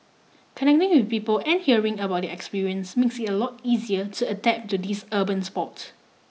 connecting with people and hearing about their experience makes it a lot easier to adapt to this urban sport